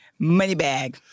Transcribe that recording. Moneybag